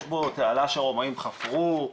יש בו תעלה שהרומאים חפרו,